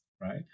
Right